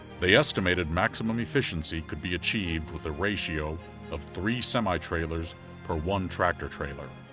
they estimated maximum efficiency could be achieved with a ratio of three semi-trailers per one tractor-trailer.